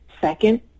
Second